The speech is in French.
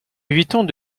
évitons